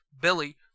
Billy